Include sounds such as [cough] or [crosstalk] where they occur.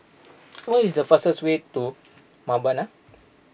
[noise] what is the fastest way to Mbabana